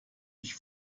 ich